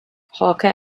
hawker